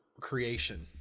creation